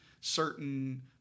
certain